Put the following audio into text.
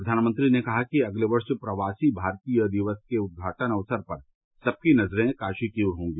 प्रधानमंत्री ने कहा कि अगले वर्ष प्रवासी भारतीय दिवस के उद्घाटन अवसर पर सबकी नजरे काशी की ओर होगी